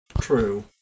True